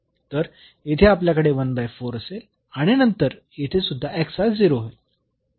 तर येथे आपल्याकडे असेल आणि नंतर येथे सुद्धा हा 0 होईल